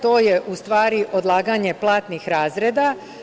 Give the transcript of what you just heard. To je u stvari odlaganje platnih razreda.